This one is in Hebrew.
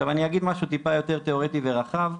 עכשיו אני אגיד משהו טיפה יותר תאורטי ורחב.